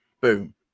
boom